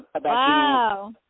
Wow